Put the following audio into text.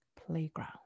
playground